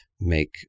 make